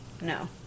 No